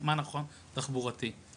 מה נכון מבחינה תחבורתית.